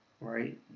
right